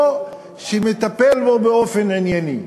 או שמטפל בו באופן ענייני.